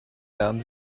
lernen